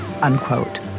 unquote